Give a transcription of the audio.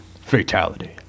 Fatality